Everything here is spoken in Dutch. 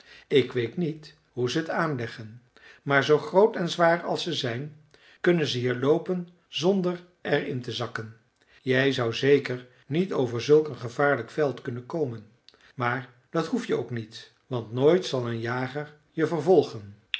ik weet niet hoe zij t aanleggen maar zoo groot en zwaar als ze zijn kunnen zij hier loopen zonder er in te zakken jij zoudt zeker niet over zulk een gevaarlijk veld kunnen komen maar dat hoef je ook niet want nooit zal een jager je vervolgen